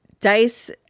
Dice